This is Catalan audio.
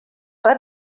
per